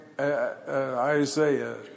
Isaiah